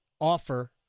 offer